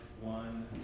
one